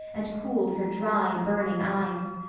and cooled her dry, burning eyes.